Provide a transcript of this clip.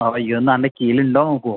ഓ ഇതും ആൾടെ കീഴിൽ ഉണ്ടോ നോക്കുമോ